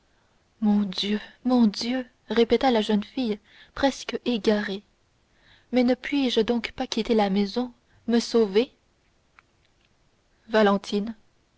mon dieu mon dieu répéta la jeune fille presque égarée mais ne puis-je donc pas quitter la maison me sauver valentine